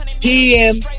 PM